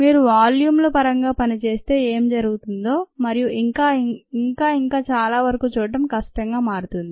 మీరు వాల్యూమ్ల పరంగా పని చేస్తే ఏమి జరుగుతుందో మరియు ఇంకా ఇంకా చాలా వరకు చూడటం కష్టంగా మారుతుంది